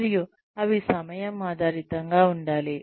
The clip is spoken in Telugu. మరియు అవి సమయం ఆధారితంగా ఉండాలి